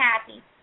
happy